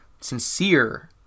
sincere